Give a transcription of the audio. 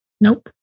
Nope